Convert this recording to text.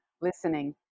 listening